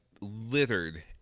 littered